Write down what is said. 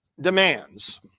demands